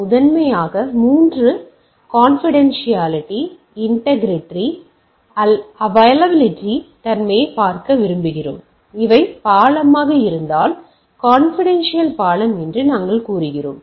முதன்மையாக 3 confidentiality integrity மற்றும் availability தன்மையைப் பார்க்க விரும்புகிறோம் எனவே இவை பாலமாக இருந்தால் கான்பிடான்சியல் பாலம் என்று நாங்கள் கூறுகிறோம்